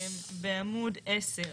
בעמוד 10,